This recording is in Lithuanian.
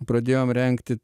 pradėjom rengti